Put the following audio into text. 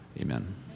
Amen